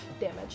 damage